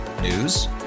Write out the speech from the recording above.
News